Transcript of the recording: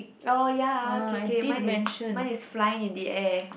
oh ya k k mine is mine is flying in the air